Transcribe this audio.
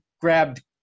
grabbed